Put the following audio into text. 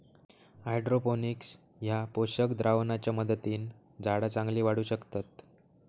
hydroponics ह्या पोषक द्रावणाच्या मदतीन झाडा चांगली वाढू शकतत